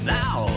now